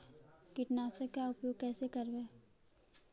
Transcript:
कीटनाशक के उपयोग कैसे करबइ?